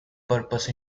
purpose